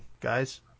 guys